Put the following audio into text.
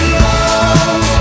love